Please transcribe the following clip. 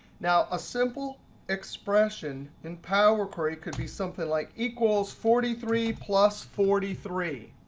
now a simple expression in power query could be something like equals forty three plus forty three.